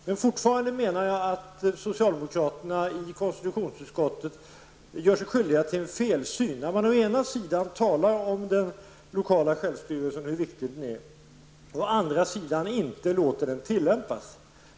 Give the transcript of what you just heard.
Men fortfarande menar jag att socialdemokraterna i konstitutionsutskottet gör sig skyldiga till en felsyn när de å ena sidan talar om hur viktig den lokala självstyrelsen är och å andra sidan inte låter den tillämpas.